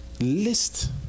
list